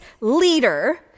leader